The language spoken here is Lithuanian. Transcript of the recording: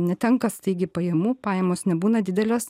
netenka staigiai pajamų pajamos nebūna didelės